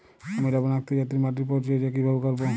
আমি লবণাক্ত জাতীয় মাটির পরিচর্যা কিভাবে করব?